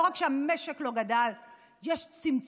לא רק שהמשק לא גדל, יש צמצום.